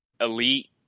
Elite